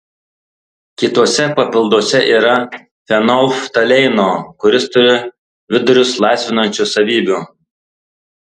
kituose papilduose yra fenolftaleino kuris turi vidurius laisvinančių savybių